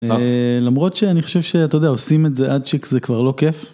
למרות שאני חושב שאתה יודע, עושים את זה עד שזה כבר לא כיף.